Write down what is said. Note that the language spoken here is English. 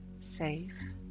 safe